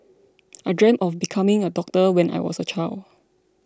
I dreamt of becoming a doctor when I was a child